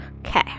okay